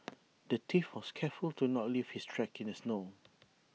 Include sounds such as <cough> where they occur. <noise> the thief was careful to not leave his tracks in the snow